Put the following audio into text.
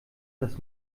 dass